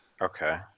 Okay